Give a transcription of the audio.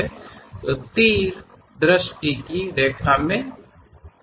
ಆದ್ದರಿಂದ ಬಾಣಗಳು ದೃಷ್ಟಿಯ ಸಾಲಿನಲ್ಲಿರಬೇಕು